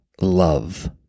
love